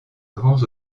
grands